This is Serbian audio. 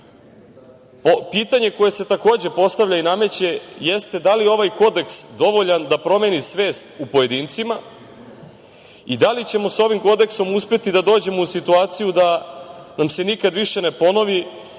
koje se takođe postavlja i nameće jeste da li je ovaj kodeks dovoljan da promeni svest u pojedincima i da li ćemo sa ovim kodeksom uspeti da dođemo u situaciju da nam se nikad više ne ponovi